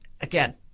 again